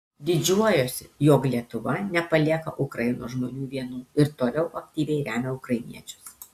didžiuojuosi jog lietuva nepalieka ukrainos žmonių vienų ir toliau aktyviai remia ukrainiečius